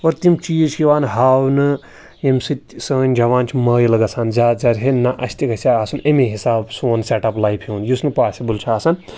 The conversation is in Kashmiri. اور تِم چیٖز چھِ یِوان ہاونہٕ ییٚمہِ سۭتۍ سٲنۍ جوان چھِ مٲیِل گژھان زیادٕ زیادٕ ہے نہ اَسہِ تہِ گژھِ ہا آسُن ایٚمی حِساب سون سٮ۪ٹ آف لایفہِ ہُنٛد یُس نہٕ پاسِبٕل چھُ آسان